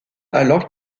alors